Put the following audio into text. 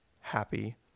happy